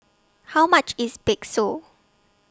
How much IS Bakso